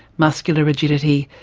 muscular rigidity,